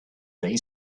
they